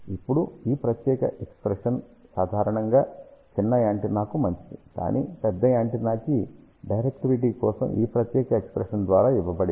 ఇప్పుడు ఈ ప్రత్యేక ఎక్ష్ప్రెషన్ సాధారణంగా చిన్న యాంటెన్నాకు మంచిది కానీ పెద్ద యాంటెన్నా కి డైరెక్టివిటీ కోసం ఈ ప్రత్యేక ఎక్ష్ప్రెషన్ ద్వారా ఇవ్వబడింది